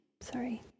Sorry